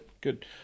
good